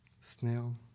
Snail